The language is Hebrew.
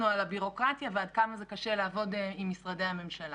על הבירוקרטיה ועד כמה זה קשה לעבוד עם משרדי הממשלה.